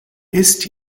ist